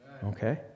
Okay